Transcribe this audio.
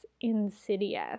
insidious